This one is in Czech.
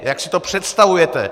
Jak si to představujete.